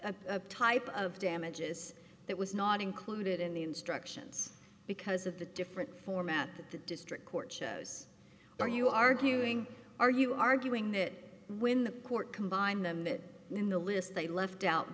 a type of damages that was not included in the instructions because of the different format that the district court chose are you arguing are you arguing that when the court combined them that in the list they left out